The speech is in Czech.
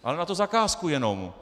Máme na to zakázku jenom.